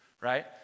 right